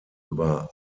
über